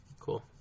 cool